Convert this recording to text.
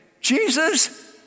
Jesus